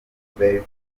albert